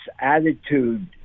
attitude